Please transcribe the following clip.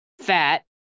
fat